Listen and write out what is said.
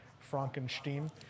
Frankenstein